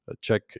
check